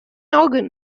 organ